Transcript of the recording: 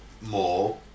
more